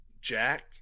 Jack